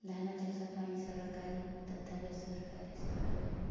ଧାନ ଚାଷ ପାଇଁ ସରକାରୀ ତଥା ବେସରକାରୀ ସ୍ତରରେ